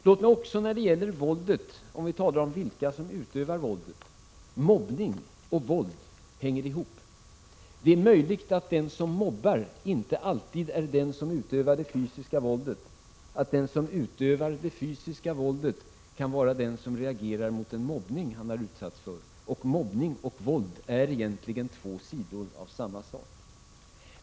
Låt mig också när vi talar om våldet och vilka som utövar våldet säga att mobbning och våld hänger ihop. Det är möjligt att den som mobbar inte alltid är den som utövar det fysiska våldet, att den som utövar det fysiska våldet kan vara den som reagerar mot en mobbning som han har utsatts för. Mobbning och våld är egentligen två sidor av samma sak.